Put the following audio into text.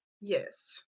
Yes